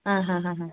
ಹಾಂ ಹಾಂ ಹಾಂ ಹಾಂ